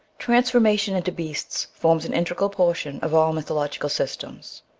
transformation into beasts forms an integral portion of all mythological systems.